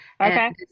Okay